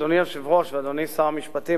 אדוני היושב-ראש ואדוני שר המשפטים,